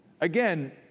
Again